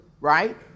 right